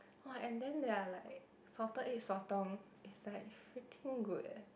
!wah! and then their like salted egg sotong is like freaking good eh